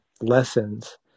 lessons